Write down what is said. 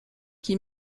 qui